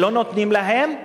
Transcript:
שלא נותנים להם.